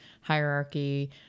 hierarchy